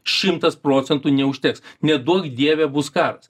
šimtas procentų neužteks neduok dieve bus karas